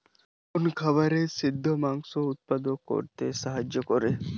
কোন খাবারে শিঘ্র মাংস উৎপন্ন করতে সাহায্য করে?